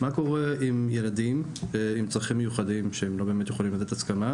מה קורה עם ילדים עם צרכים מיוחדים שהם לא באמת יכולים לתת הסכמה?